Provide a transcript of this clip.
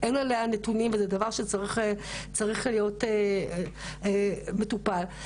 זה דבר שצריך להיות מטופל.